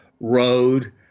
road